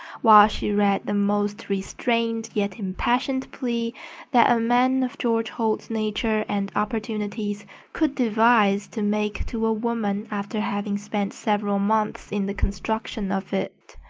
while she read the most restrained yet impassioned plea that a man of george holt's nature and opportunities could devise to make to a woman after having spent several months in the construction of it.